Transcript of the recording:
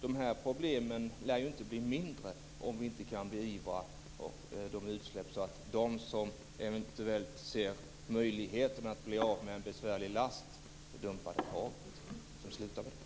De här problemen lär inte bli mindre om vi inte kan beivra utsläppen så att de som eventuellt ser möjligheten att bli av med en besvärlig last genom att dumpa den i havet slutar med det.